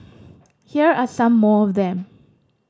here are some more of them